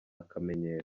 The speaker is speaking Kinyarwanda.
akamenyero